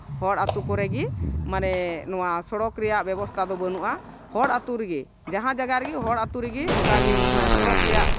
ᱦᱚᱲ ᱟᱛᱳ ᱠᱚᱨᱮᱜᱮ ᱢᱟᱱᱮ ᱱᱚᱣᱟ ᱥᱚᱲᱚᱠ ᱨᱮᱭᱟᱜ ᱵᱮᱵᱚᱥᱛᱷᱟ ᱫᱚ ᱵᱟᱹᱱᱩᱜᱼᱟ ᱦᱚᱲ ᱟᱛᱳ ᱨᱮᱜᱮ ᱡᱟᱦᱟᱸ ᱡᱟᱭᱜᱟ ᱨᱮᱜᱮ ᱦᱚᱲ ᱟᱛᱳ ᱨᱮᱜᱮ ᱚᱱᱠᱟ ᱜᱮ ᱚᱱᱟ ᱥᱚᱲᱚᱠ ᱨᱮᱭᱟᱜ